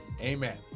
Amen